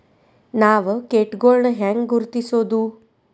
ನಾವ್ ಕೇಟಗೊಳ್ನ ಹ್ಯಾಂಗ್ ಗುರುತಿಸೋದು?